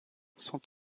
sont